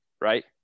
right